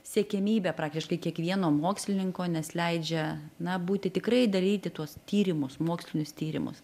siekiamybė praktiškai kiekvieno mokslininko nes leidžia na būti tikrai daryti tuos tyrimus mokslinius tyrimus